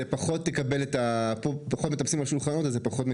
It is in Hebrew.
פה זה פחות מקבל חשיפה ציבורית ופחות ניתן לטפס על שולחנות אז כך זה